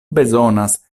bezonas